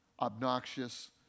obnoxious